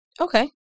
Okay